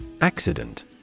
Accident